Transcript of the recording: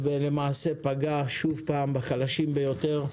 ולמעשה פגע שוב פעם בחלשים ביותר,